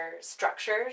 structures